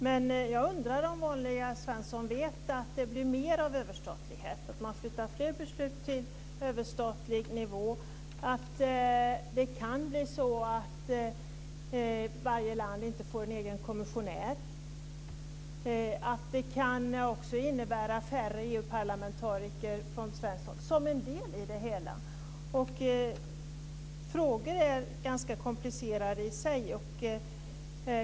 Men jag undrar om vanliga Svenssons vet att det blir mer av överstatlighet, att man flyttar fler beslut till överstatlig nivå, att det kan bli så att varje land inte får en egen kommissionär och att det också kan innebära färre EU-parlamentariker från svenskt håll som en del i det hela. Frågorna är ganska komplicerade i sig.